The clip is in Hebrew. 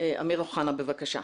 אמיר אוחנה, בבקשה.